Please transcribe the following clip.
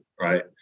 Right